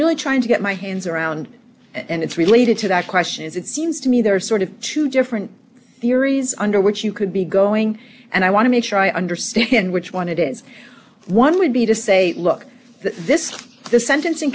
really trying to get my hands around and it's related to that question is it seems to me there are sort of two different theories under which you could be going and i want to make sure i understand which one it is one would be to say look this is the sentencing